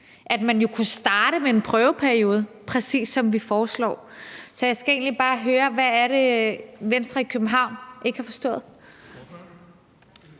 at man jo kunne starte med en prøveperiode, præcis som vi foreslår. Så jeg skal egentlig bare høre: Hvad er det, Venstre i København ikke har forstået?